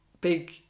big